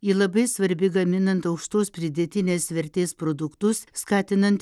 ji labai svarbi gaminant aukštos pridėtinės vertės produktus skatinant